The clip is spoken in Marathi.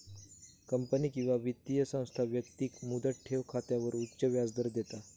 कंपनी किंवा वित्तीय संस्था व्यक्तिक मुदत ठेव खात्यावर उच्च व्याजदर देता